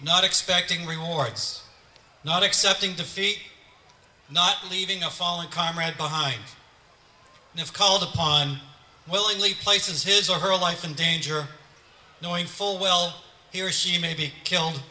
not expecting rewards not accepting defeat not leaving a fallen comrade behind and if called upon willingly places his or her life in danger knowing full well he or she may be killed